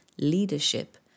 leadership